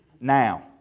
now